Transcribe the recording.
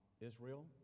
Israel